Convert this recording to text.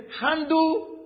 handle